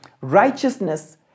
Righteousness